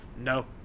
No